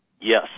Yes